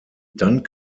dann